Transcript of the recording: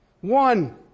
One